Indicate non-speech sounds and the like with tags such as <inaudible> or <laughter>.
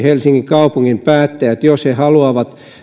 <unintelligible> helsingin kaupungin päättäjät haluavat